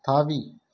தாவி